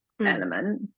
element